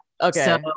Okay